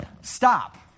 stop